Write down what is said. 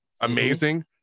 Amazing